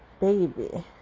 baby